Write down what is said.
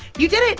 you did it,